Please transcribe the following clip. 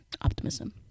optimism